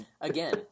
Again